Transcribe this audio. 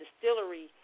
distillery